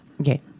Okay